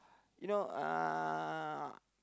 you know uh